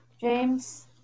James